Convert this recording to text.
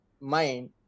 mind